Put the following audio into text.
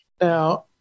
Now